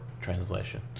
translation